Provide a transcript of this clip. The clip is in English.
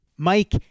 Mike